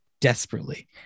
desperately